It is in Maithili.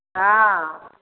हॅं